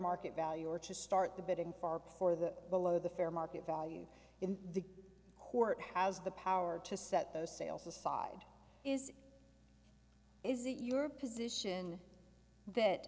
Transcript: market value or to start the bidding far for the below the fair market value in the court has the power to set those sales aside is is it your position that